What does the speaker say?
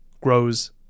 grows